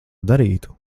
darītu